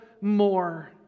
more